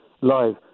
live